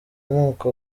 amoko